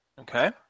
Okay